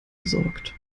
besorgt